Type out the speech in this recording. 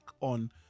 on